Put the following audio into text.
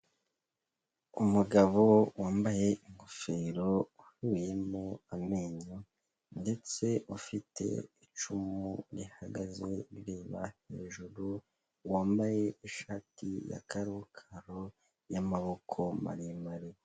Umugabo wambaye ingofero uvuyemo amenyo ndetse ufite icumu rihagaze rireba hejuru, wambaye ishati ya karakaro y'amaboko maremare.